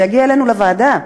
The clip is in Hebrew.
זה יגיע אלינו לוועדה,